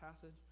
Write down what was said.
passage